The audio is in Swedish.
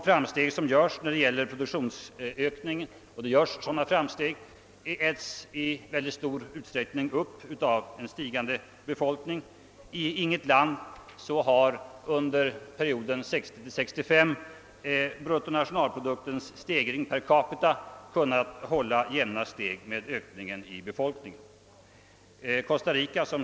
Framstegen i fråga om produktionsökning, och det görs sådana, äts i mycket stor utsträckning upp av befolkningsökningen. I inget land har under perioden 1960— 1965 bruttonationalproduktens stegring per capita kunnat hålla jämna steg med befolkningsökningen.